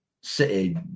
City